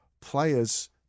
players